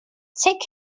take